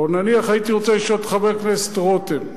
או נניח, הייתי רוצה לשאול את חבר הכנסת רותם,